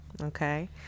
Okay